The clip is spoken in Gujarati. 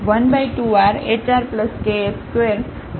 f12rhrks2k2